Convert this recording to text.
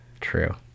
True